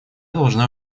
должна